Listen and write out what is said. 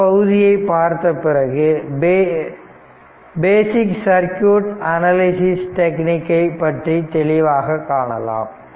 இந்தப் பகுதியை பார்த்தபிறகு பேசிக் சர்க்யூட் அனாலிசிஸ் டெக்னிக்கை பற்றி தெளிவாக காணலாம்